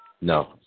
No